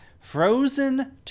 Frozen